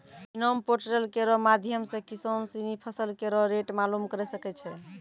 इनाम पोर्टल केरो माध्यम सें किसान सिनी फसल केरो रेट मालूम करे सकै छै